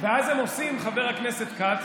הם עושים, חבר הכנסת כץ,